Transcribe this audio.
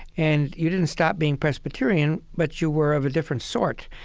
and you didn't stop being presbyterian, but you were of a different sort.